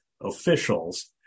officials